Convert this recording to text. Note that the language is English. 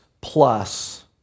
plus